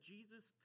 Jesus